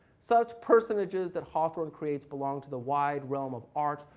such personages that hawthorne creates belong to the wide realm of art,